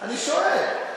אני שואל.